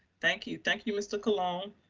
thank you. thank you, mr. colon.